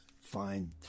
fine